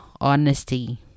honesty